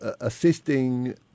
assisting